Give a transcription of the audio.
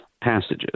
passages